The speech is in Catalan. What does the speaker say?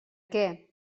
què